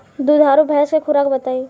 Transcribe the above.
दुधारू भैंस के खुराक बताई?